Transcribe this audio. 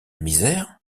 misère